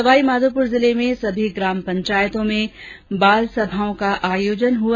सवाईमाधोपुर जिले में भी सभी ग्राम पंचायतों में बाल सभाओं का आयोजन हुआ